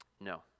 no